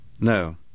No